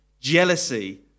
jealousy